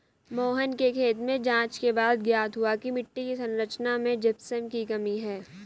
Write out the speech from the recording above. मोहन के खेत में जांच के बाद ज्ञात हुआ की मिट्टी की संरचना में जिप्सम की कमी है